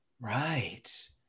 Right